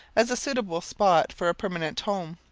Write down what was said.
as a suitable spot for a permanent home,